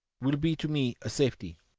will be to me a safety.